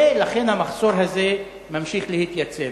ולכן המחסור הזה ממשיך להתייצב.